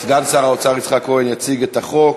סגן שר האוצר יצחק כהן יציג את החוק,